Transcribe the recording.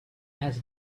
has